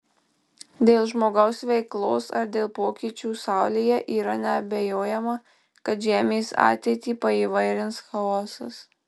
dėl žmogaus veiklos ar dėl pokyčių saulėje yra neabejojama kad žemės ateitį paįvairins chaosas